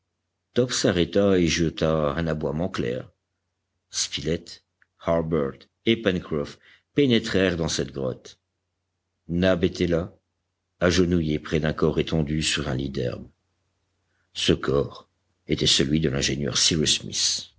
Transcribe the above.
s'arrêta et jeta un aboiement clair spilett harbert et pencroff pénétrèrent dans cette grotte nab était là agenouillé près d'un corps étendu sur un lit d'herbes ce corps était celui de l'ingénieur cyrus smith